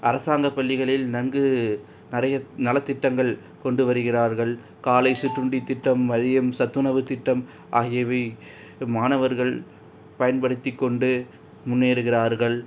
அரசாங்க பள்ளிகளில் நன்கு நிறைய நலத்திட்டங்கள் கொண்டு வருகிறார்கள் காலை சிற்றுண்டி திட்டம் மதியம் சத்துணவு திட்டம் ஆகியவை மாணவர்கள் பயன்படுத்திக்கொண்டு முன்னேறுகிறார்கள்